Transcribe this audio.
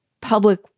public